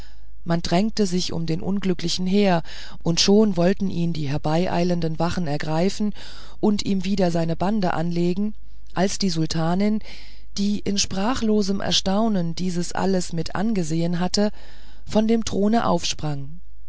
man drängte sich um den unglücklichen her und schon wollten ihn die herbeieilenden wachen ergreifen und ihm wieder seine bande anlegen als die sultanin die in sprachlosem erstaunen dieses alles mit angesehen hatte von dem throne aufsprang